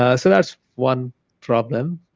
ah so that's one problem,